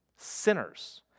sinners